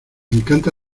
encanta